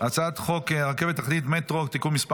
הצעת חוק רכבת תחתית (מטרו) (תיקון מס'